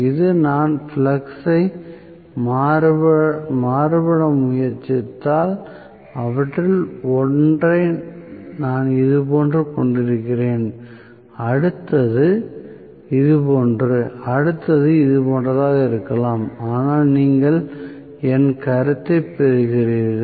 இப்போது நான் ஃப்ளக்ஸ் ஐ மாறுபட முயற்சித்தால் அவற்றில் ஒன்றை நான் இதுபோன்று கொண்டிருக்கிறேன் அடுத்தது இதுபோன்றது அடுத்தது இதுபோன்றதாக இருக்கலாம் அதனால் நீங்கள் என் கருத்தைப் பெறுகிறீர்கள்